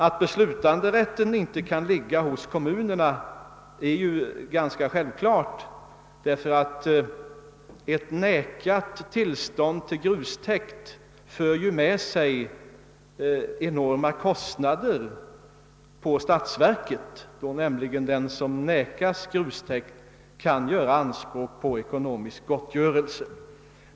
Att beslutanderätten inte kan ligga hos kommunerna är ganska självklart, eftersom ett avslag på en ansökan om grustäkt kan föra med sig enorma kost nader för statsverket. Den som nekas tillstånd till en grustäkt kan göra anspråk på ekonomisk gottgörelse.